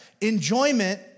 Enjoyment